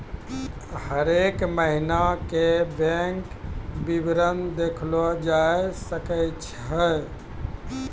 हरेक महिना के बैंक विबरण देखलो जाय सकै छै